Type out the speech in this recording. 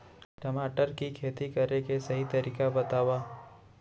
टमाटर की खेती करे के सही तरीका बतावा?